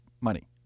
money